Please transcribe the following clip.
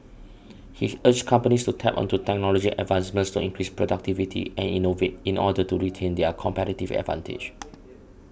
he urged companies to tap onto technology advancements to increase productivity and innovate in order to retain their competitive advantage